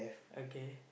okay